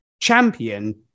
champion